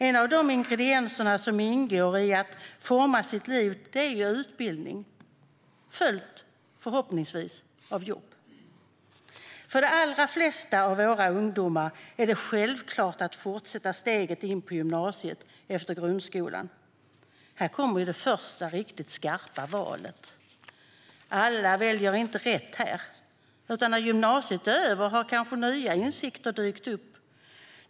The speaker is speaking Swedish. En av de ingredienser som ingår i att forma sitt liv är utbildning, förhoppningsvis följd av jobb. För de allra flesta av våra ungdomar är det självklart att fortsätta steget in på gymnasiet efter grundskolan. Här kommer det första riktigt skarpa valet. Alla väljer inte rätt här, utan när gymnasiet är över har kanske nya insikter dykt upp.